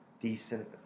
decent